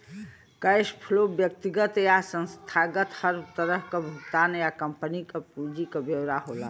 cash flow व्यक्तिगत या संस्थागत हर तरह क भुगतान या कम्पनी क पूंजी क ब्यौरा होला